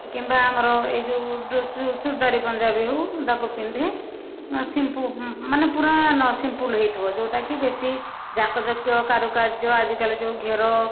କିମ୍ବା ଆମର ଏଇ ଯେଉଁ ଚୁଡ଼ିଦାର ପଞ୍ଜାବି ହଉ ମୁଁ ତାକୁ ପିନ୍ଧେ ସିମ୍ପୁ ମାନେ ପୁରା ନ ସିମ୍ପୁଲ ହେଇଥିବ ଯେଉଁଟାକି ବେଶି ଜାକଜକ କାରୁକାର୍ଯ୍ୟ ଆଜିକାଲି ଯେଉଁ ଘେର